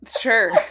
Sure